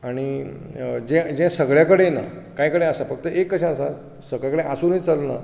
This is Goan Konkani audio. आनी जें जें सगळे कडेन कांय कडेन आसा फक्त एक कशें आसा सगळ्यां कडेन आसूनय चलना